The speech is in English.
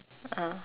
ah